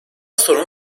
sorun